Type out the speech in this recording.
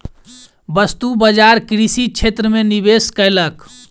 वस्तु बजार कृषि क्षेत्र में निवेश कयलक